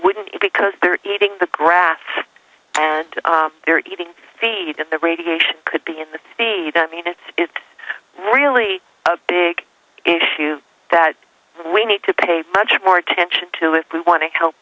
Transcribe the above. wouldn't it because they're eating the grass and they're eating feed in the radiation could be in the feed i mean it's it's really a big issue that we need to pay much more attention to if we want to help